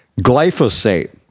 Glyphosate